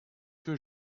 que